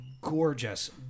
gorgeous